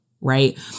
right